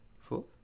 Fourth